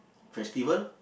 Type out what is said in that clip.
festival